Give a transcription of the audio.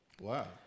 Wow